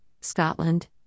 Scotland